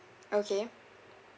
okay